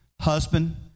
husband